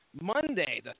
Monday